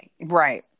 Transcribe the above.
Right